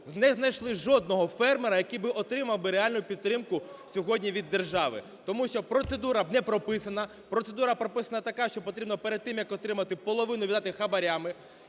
не знайшли жодного фермера, який би отримав реальну підтримку сьогодні від держави. Тому що процедура не прописана, процедура прописана така, що потрібно перед тим, як отримати, половину віддати хабарами.